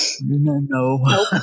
No